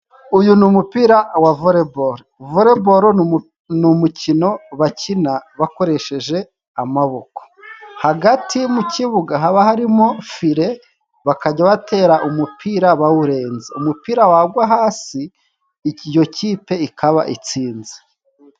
Uyu ni umupira wa volley ball. Volley ball ni umukino bakina bakoresheje amaboko. Hagati mu kibuga haba harimo file bakajya batera umupira bawurenza, umupira wagwa hasi iyo kipe ikaba itsinze.